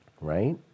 right